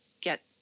get